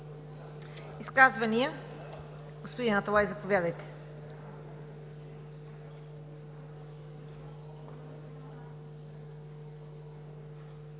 Изказвания? Господин Аталай, заповядайте.